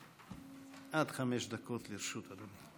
עד חמש דקות לרשות אדוני.